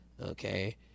Okay